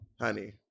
honey